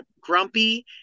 grumpy